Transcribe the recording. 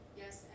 yes